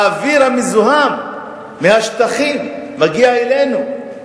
האוויר המזוהם מהשטחים מגיע אלינו.